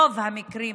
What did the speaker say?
ברוב המקרים,